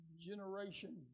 generation